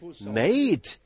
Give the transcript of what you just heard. made